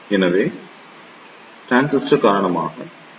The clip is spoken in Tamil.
எனவே டிரான்சிஸ்டர் காரணமாக isreis